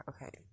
Okay